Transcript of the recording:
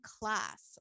class